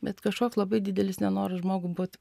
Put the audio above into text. bet kažkoks labai didelis nenoras žmogui būt